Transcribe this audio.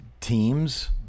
teams